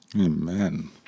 Amen